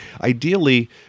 Ideally